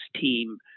team